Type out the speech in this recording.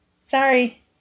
sorry